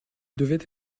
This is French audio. devait